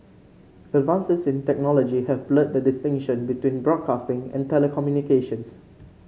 advances in technology have blurred the distinction between broadcasting and telecommunications